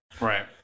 Right